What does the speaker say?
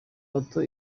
moto